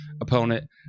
Opponent